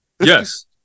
Yes